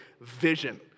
vision